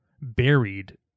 buried